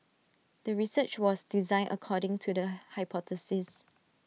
the research was designed according to the hypothesis